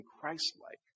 Christ-like